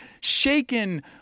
shaken